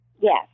Yes